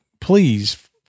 please